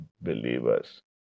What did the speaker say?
believers